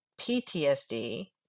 PTSD